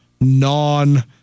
non